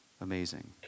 amazing